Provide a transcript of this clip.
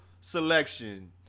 selection